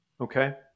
Okay